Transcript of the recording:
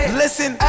listen